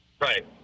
Right